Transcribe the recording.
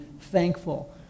thankful